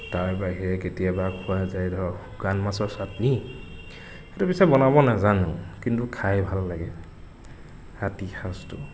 তাৰ বাহিৰে কেতিয়াবা খোৱা যায় ধৰক শুকান মাছৰ চাটনি সেইটো পিছে বনাব নাজানো কিন্তু খাই ভাল লাগে ৰাতিৰ সাঁজটো